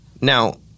Now –